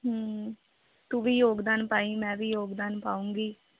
ਹਮ ਤੂੰ ਵੀ ਯੋਗਦਾਨ ਪਾਈਂ ਮੈਂ ਵੀ ਯੋਗਦਾਨ ਪਾਉਂਗੀ